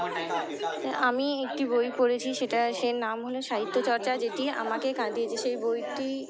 আমি একটি বই পড়েছি সেটা সে নাম হলো সাহিত্যচর্চা যেটি আমাকে কাঁদিয়েছে সেই বইটি